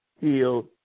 heal